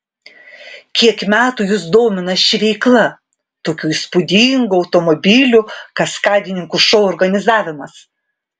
kiek metų jus domina ši veikla tokių įspūdingų automobilių kaskadininkų šou organizavimas